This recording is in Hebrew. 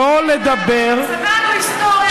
שלא לדבר, מספר לנו היסטוריה בכל פעם.